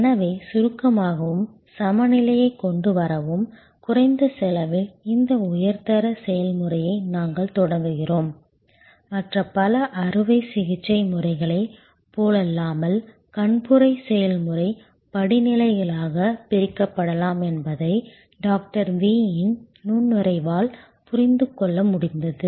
எனவே சுருக்கமாகவும் சமநிலையை கொண்டு வரவும் குறைந்த செலவில் இந்த உயர்தர செயல்முறையை நாங்கள் தொடங்குகிறோம் மற்ற பல அறுவை சிகிச்சை முறைகளைப் போலல்லாமல் கண்புரை செயல்முறை படிநிலைகளாக பிரிக்கப்படலாம் என்பதை டாக்டர் V இன் நுண்ணறிவால் புரிந்து கொள்ள முடிந்தது